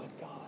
God